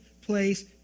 place